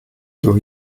durch